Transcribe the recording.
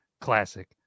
classic